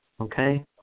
Okay